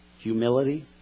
humility